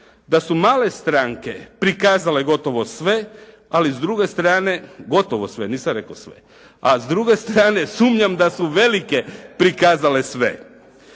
da su male stranke prikazale gotovo sve ali s druge strane, gotovo sve, nisam rekao sve, a s druge strane sumnjam da su velike prikazale sve.